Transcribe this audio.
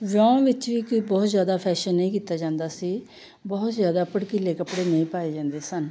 ਵਿਆਹ ਵਿੱਚ ਵੀ ਕੋਈ ਬਹੁਤ ਜ਼ਿਆਦਾ ਫੈਸ਼ਨ ਨਹੀਂ ਕੀਤਾ ਜਾਂਦਾ ਸੀ ਬਹੁਤ ਜ਼ਿਆਦਾ ਭੜਕੀਲੇ ਕੱਪੜੇ ਨਹੀਂ ਪਾਏ ਜਾਂਦੇ ਸਨ